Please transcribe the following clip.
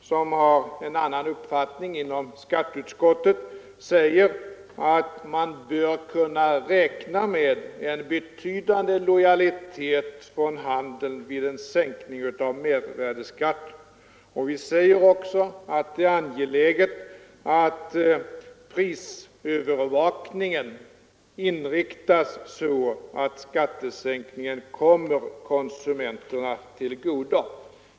som har en annan uppfattning inom skatteutskottet säger att man bör kunna räkna med en betydande lojalitet från handeln vid en sänkning av mervärdeskatten. Vi säger också att det är angeläget att prisövervakningen inriktas så att skattesänkningen kommer konsumenterna till godo.